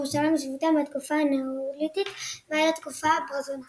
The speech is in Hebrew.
ירושלים וסביבותיה מהתקופה הנאוליתית ועד תקופת הברונזה